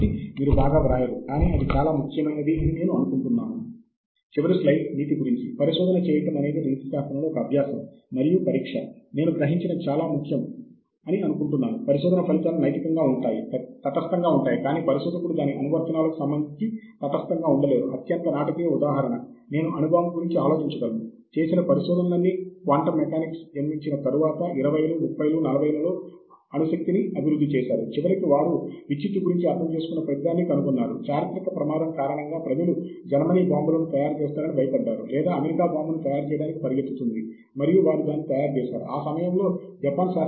కాబట్టి ఇది చాలా ముఖ్యమైనది ఉదాహరణకు మూలాన్ని ఉపయోగించే శైలిని బట్టి లక్ష్యాన్ని బట్టి రిఫరెన్స్ మేనేజర్ ద్వారా మా పత్రము లోని సమాచారాన్ని మార్చగలం